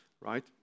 right